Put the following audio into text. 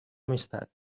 amistat